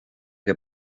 que